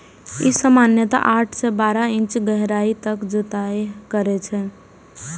ई सामान्यतः आठ सं बारह इंच गहराइ तक जुताइ करै छै